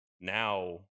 now